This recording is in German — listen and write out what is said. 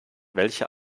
welche